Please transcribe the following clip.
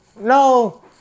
no